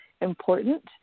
important